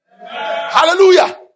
Hallelujah